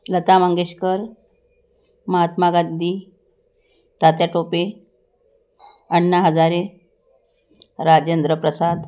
Lata Mangeshkar Mahatma Gandhi Tatya Tope Anna Hazare Rajendra Prasad